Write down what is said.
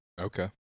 okay